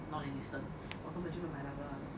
non existent 我根本就不会买 Lazada 的东西